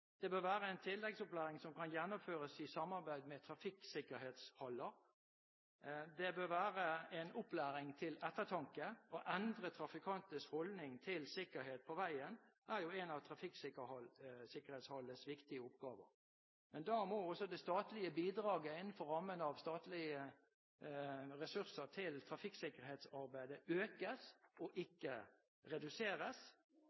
Det bør være en tilleggsopplæring som kan gjennomføres i samarbeid med trafikksikkerhetshaller. Det bør være en opplæring til ettertanke. Å endre trafikantenes holdning til sikkerhet på veien er jo en av trafikksikkerhetshallenes viktige oppgaver. Men da må også det statlige bidraget innenfor rammen av statlige ressurser til trafikksikkerhetsarbeidet økes og